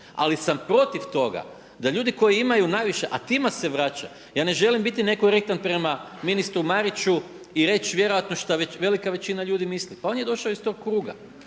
ali sam protiv toga da ljudi koji imaju najviše, a tima se vraća. Ja ne želim biti nekorektan prema ministru Mariću i reći vjerojatno šta velika većina ljudi misli, pa on je došao iz tog kruga.